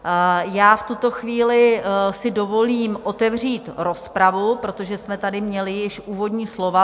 V tuto chvíli si dovolím otevřít rozpravu, protože jsme tady měli již úvodní slova.